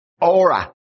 aura